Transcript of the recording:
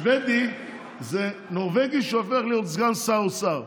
שבדי זה נורבגי שהופך להיות סגן שר אוצר.